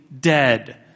dead